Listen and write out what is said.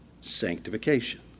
Sanctification